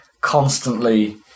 constantly